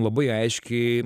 labai aiškiai